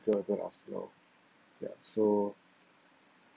ya so